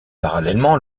parallèlement